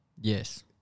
Yes